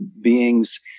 beings